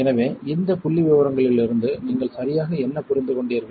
எனவே இந்த புள்ளிவிவரங்களிலிருந்து நீங்கள் சரியாக என்ன புரிந்துகொண்டீர்கள்